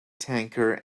tanker